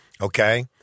Okay